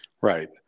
Right